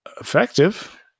effective